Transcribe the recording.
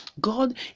God